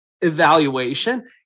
evaluation